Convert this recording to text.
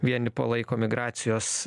vieni palaiko migracijos